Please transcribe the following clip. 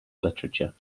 literature